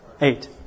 eight